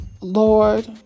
Lord